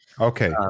Okay